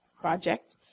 project